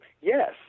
Yes